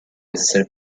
essere